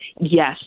Yes